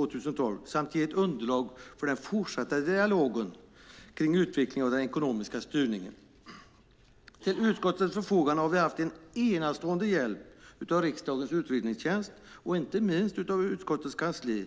år 2012 samt ge ett underlag för den fortsatta dialogen kring utvecklingen av den ekonomiska styrningen. Till utskottets förfogande har vi haft en enastående hjälp av riksdagens utredningstjänst och inte minst av utskottets kansli.